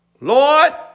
Lord